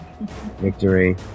Victory